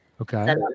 Okay